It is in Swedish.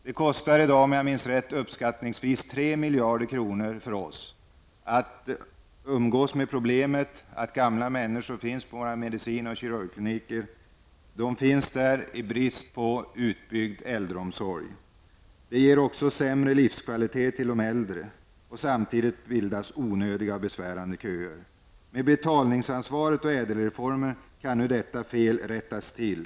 Det kostar uppskattningsvis 3 miljarder kronor, om jag minns rätt, att ha våra gamla på medicin och kirurgkliniker i brist på utbyggd äldreomsorg. Det ger sämre livskvalitet till de äldre. Samtidigt bildas onödiga och besvärande köer. Med betalningsansvaret och ÄDEL reformen kan nu detta fel rättas till.